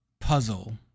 puzzle